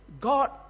God